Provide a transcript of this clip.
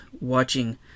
watching